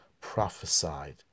prophesied